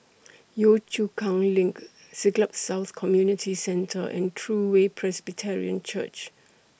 Yio Chu Kang LINK Siglap South Community Centre and True Way Presbyterian Church